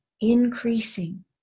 increasing